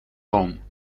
boom